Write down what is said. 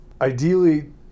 ideally